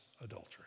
adultery